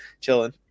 chilling